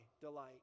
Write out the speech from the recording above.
delight